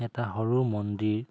এটা সৰু মন্দিৰ